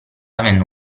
avendo